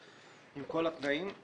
עם כל התנאים.